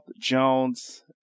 Jones